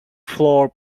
flour